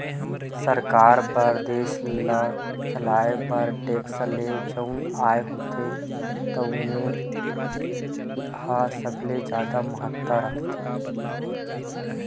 सरकार बर देस ल चलाए बर टेक्स ले जउन आय होथे तउने ह सबले जादा महत्ता राखथे